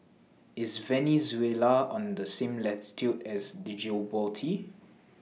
IS Venezuela on The same latitude as Djibouti